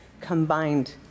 combined